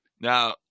Now